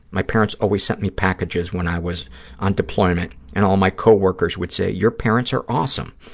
my parents always sent me packages when i was on deployment and all my co-workers would say, your parents are awesome,